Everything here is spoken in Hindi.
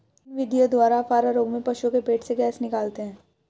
किन विधियों द्वारा अफारा रोग में पशुओं के पेट से गैस निकालते हैं?